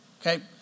okay